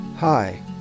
Hi